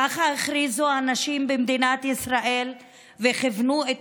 ככה הכריזו הנשים במדינת ישראל וכיוונו את